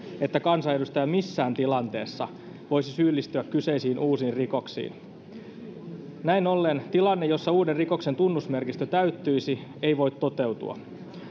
että kansanedustaja missään tilanteessa voisi syyllistyä kyseisiin uusiin rikoksiin näin ollen tilanne jossa uuden rikoksen tunnusmerkistö täyttyisi ei voi toteutua